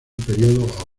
periodo